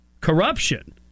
Corruption